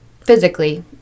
Physically